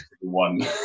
one